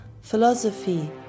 philosophy